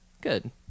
Good